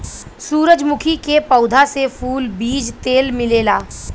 सूरजमुखी के पौधा से फूल, बीज तेल मिलेला